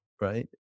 right